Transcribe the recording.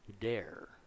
dare